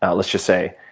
ah let's just say,